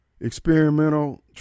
experimental